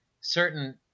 certain